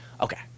okay